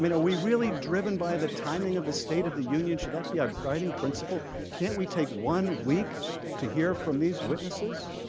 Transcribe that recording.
i mean we really driven by the timing of the state of the union should not be upgrading principle can we take one week to hear from these witnesses